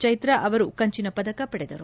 ಚ್ಹೆತ್ರ ಅವರು ಕಂಚಿನ ಪದಕ ಪಡೆದರು